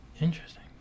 Interesting